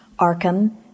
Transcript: Arkham